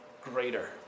greater